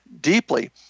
deeply